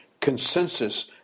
Consensus